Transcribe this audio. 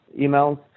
emails